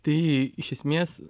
tai iš esmės